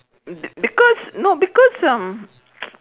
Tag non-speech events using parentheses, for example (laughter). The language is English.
be~ because no because um (noise)